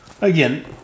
again